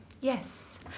Yes